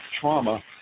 trauma